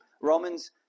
Romans